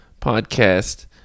podcast